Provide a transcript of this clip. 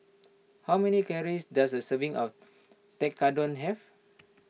how many calories does a serving of Tekkadon have